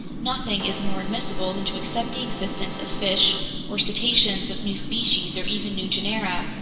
nothing is more admissible than to accept the existence of fish or cetaceans of new species or even new genera,